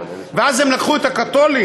ואז הם לקחו את הקתולים,